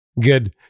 good